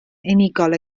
unigol